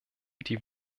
die